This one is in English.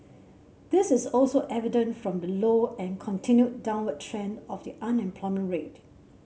this is also evident from the low and continued downward trend of the unemployment rate